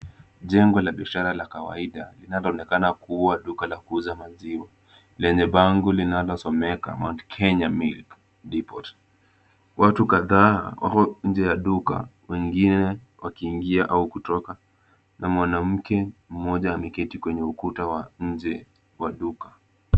Jengo la biashara la kawaida linalo onekana kuwa duka la kuuza maziwa lenye bango linalosomeka Mount Kenya Milk Depot . Watu kadhaa wako nje ya duka wengine wakiingia au kutoka. Na mwanamke mmoja ameketi kwenye ukuta wa nje wa duka.